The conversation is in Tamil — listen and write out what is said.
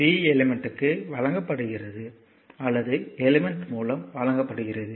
p எலிமெண்ட்க்கு வழங்கப்படுகிறது அல்லது எலிமெண்ட் மூலம் வழங்கப்படுகிறது